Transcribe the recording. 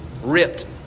ripped